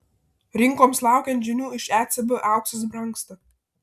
rinkoms laukiant žinių iš ecb auksas brangsta